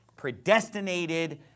predestinated